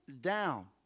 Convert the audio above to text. down